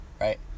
Right